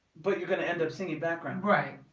but you're going to end up singing background. right